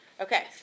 Okay